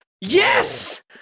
Yes